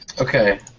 Okay